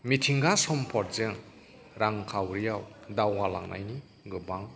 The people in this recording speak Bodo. मिथिंगा सम्पदजों रां खावरि दावगा लांनायनि गोबां